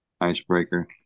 icebreaker